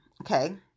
Okay